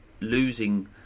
losing